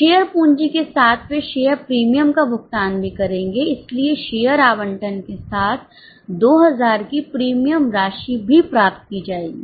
share पूंजी के साथ वे शेयर प्रीमियम का भुगतान भी करेंगे इसलिए शेयर आवंटन के साथ 2000 की प्रीमियम राशि भी प्राप्त की जाएगी